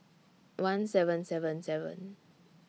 one seven seven seven